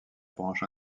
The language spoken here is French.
branche